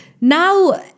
Now